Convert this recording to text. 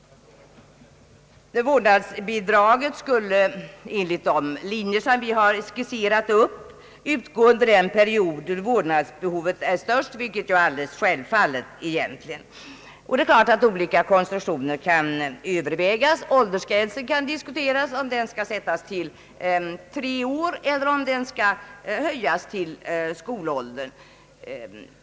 Vårdnadsbidraget skulle enligt de linjer som vi har skisserat upp utgå under den period då vårdnadsbehovet är störst, vilket är ganska självklart. Det är klart att olika konstruktioner kan övervägas. Det kan diskuteras om åldersgränsen skall sättas till tre år eller om den skall höjas till skolåldern.